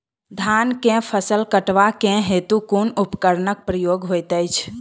धान केँ फसल कटवा केँ हेतु कुन उपकरणक प्रयोग होइत अछि?